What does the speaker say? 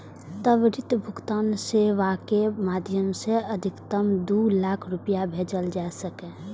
त्वरित भुगतान सेवाक माध्यम सं अधिकतम दू लाख रुपैया भेजल जा सकैए